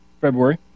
February